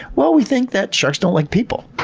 well, we think that sharks don't like people.